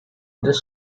this